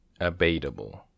Abatable